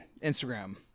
Instagram